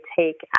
take